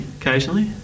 Occasionally